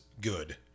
good